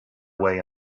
way